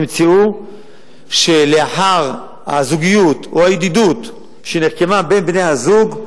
נמצאו שלאחר הזוגיות או הידידות שנרקמה בין בני-הזוג,